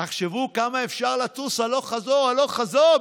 תחשבו כמה אפשר לטוס הלוך-חזור, הלוך-חזור.